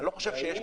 אני לא חושב שיש